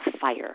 fire